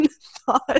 thought